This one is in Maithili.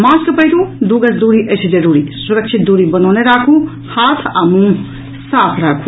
मास्क पहिरू दू गज दूरी अछि जरूरी सुरक्षित दूरी बनौने राखू आ हाथ आ मुंह साफ राखू